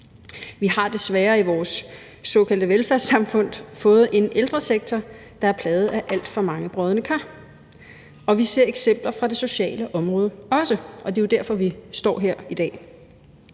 Vi har desværre i vores såkaldte velfærdssamfund fået en ældresektor, der er plaget af alt for mange brodne kar. Og vi ser også eksempler fra det sociale område. Det er jo derfor, vi står her i dag.